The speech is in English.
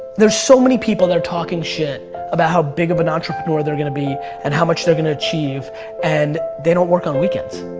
there's so many people that are talking shit about how big of an entrepreneur they're gonna be and how much they're gonna achieve and they don't work on weekends.